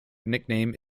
nickname